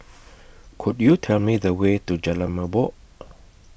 Could YOU Tell Me The Way to Jalan Merbok